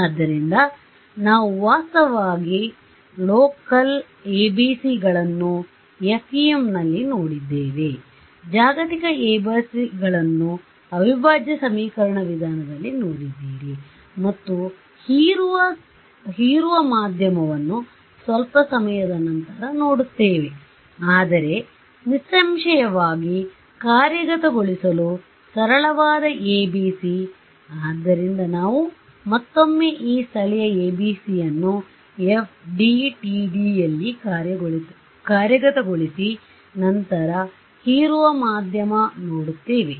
ಆದ್ದರಿಂದ ನಾವು ವಾಸ್ತವವಾಗಿ ಲೊಕಲ್ ABCಳನ್ನು FEMನಲ್ಲಿ ನೋಡಿದ್ದೇವೆ ಜಾಗತಿಕ ABCಗಳನ್ನು ಅವಿಭಾಜ್ಯ ಸಮೀಕರಣ ವಿಧಾನಗಳಲ್ಲಿ ನೋಡಿದ್ದೀರಿ ಮತ್ತು ಹೀರುವ ಮಾಧ್ಯಮವನ್ನು ಸ್ವಲ್ಪ ಸಮಯದ ನಂತರ ನೋಡುತ್ತೇವೆ ಆದರೆ ನಿಸ್ಸಂಶಯವಾಗಿ ಕಾರ್ಯಗತಗೊಳಿಸಲು ಸರಳವಾದ ABC ಆದ್ದರಿಂದ ನಾವು ಮತ್ತೊಮ್ಮೆ ಈ ಸ್ಥಳೀಯ ABC ಯನ್ನು FDTD ಯಲ್ಲಿ ಕಾರ್ಯಗತಗೊಳಿಸಿ ನಂತರ ಹೀರುವ ಮಾಧ್ಯಮ ನೋಡುತ್ತೇವೆ